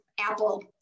Apple